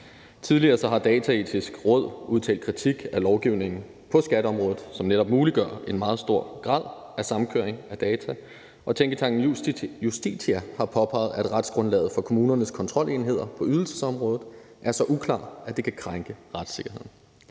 Tidligere har Dataetisk Råd udtalt kritik af lovgivningen på skatteområdet, som netop muliggør en meget stor grad af samkørsel af data, og tænketanken Justitia har påpeget, at retsgrundlaget for kommunernes kontrolenheder på ydelsesområdet er så uklart, at det kan krænke retssikkerheden.